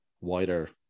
wider